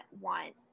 want